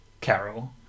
Carol